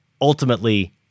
ultimately